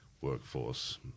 workforce